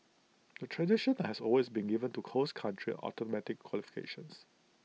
the tradition has always been given to cost country automatic qualifications